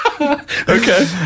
Okay